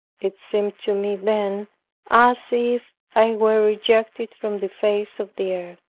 it seemed to me then as if i were rejected from the face of the earth,